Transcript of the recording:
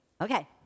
Okay